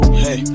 hey